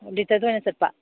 ꯂꯤꯇ꯭ꯔꯗ ꯑꯣꯏꯅ ꯆꯠꯄ